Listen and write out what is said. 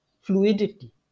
fluidity